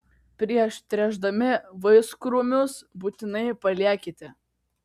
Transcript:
prieš tręšdami vaiskrūmius būtinai paliekite